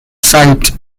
side